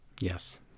Yes